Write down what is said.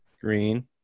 Green